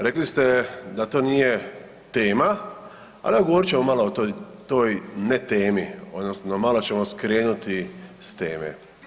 Rekli ste da to nije tema, ali evo govorit ćemo malo o toj, toj ne temi odnosno malo ćemo skrenuti s teme.